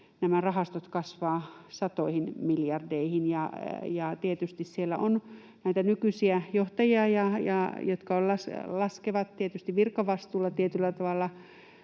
nämä rahastot kasvavat satoihin miljardeihin, ja tietysti siellä on toisaalta näitä nykyisiä johtajia, jotka laskevat tietysti tietyllä tavalla